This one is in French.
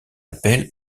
appelle